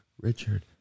Richard